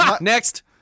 Next